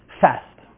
fast